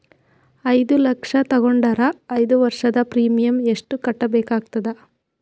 ಐದು ಲಕ್ಷ ತಗೊಂಡರ ಐದು ವರ್ಷದ ಪ್ರೀಮಿಯಂ ಎಷ್ಟು ಕಟ್ಟಬೇಕಾಗತದ?